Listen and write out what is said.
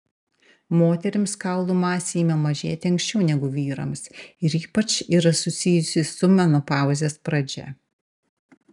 moterims kaulų masė ima mažėti anksčiau negu vyrams ir ypač yra susijusi su menopauzės pradžia